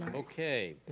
okay,